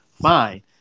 Fine